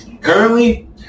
Currently